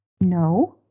No